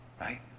Right